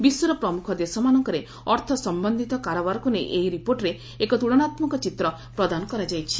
ବିଶ୍ୱର ପ୍ରମୁଖ ଦେଶମାନଙ୍କରେ ଅର୍ଥ ସମ୍ଭନ୍ଧିତ କାରବାରକୁ ନେଇ ଏହି ରିପୋର୍ଟରେ ଏକ ତୁଳନାତ୍ମକ ଚିତ୍ର ପ୍ରଦାନ କରାଯାଇଛି